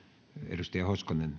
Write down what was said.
arvoisa herra